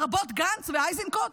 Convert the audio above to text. לרבות גנץ ואיזנקוט,